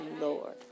Lord